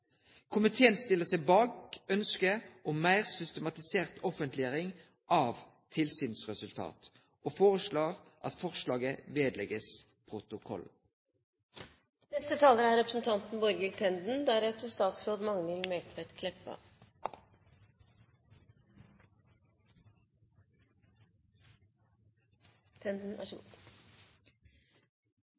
Komiteen stiller seg bak ønsket om meir systematisert offentleggjering av tilsynsresultat, og foreslår at forslaget